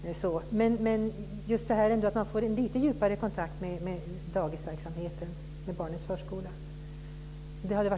Men vårt önskemål är ändå just att man ska få en lite djupare kontakt med dagisverksamheten, barnens förskola.